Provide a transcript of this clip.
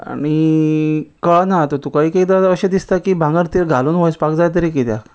आनी कळना आतां तुका एकदा अशें दिसता की भांगर ती घालून वचपाक जाय तरी कित्याक